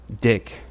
Dick